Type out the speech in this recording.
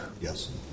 Yes